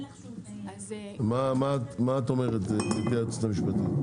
מה את אומרת, גברתי היועצת המשפטית?